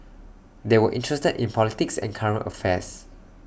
they were interested in politics and current affairs